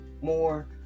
more